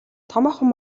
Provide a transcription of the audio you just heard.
томоохон